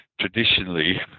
traditionally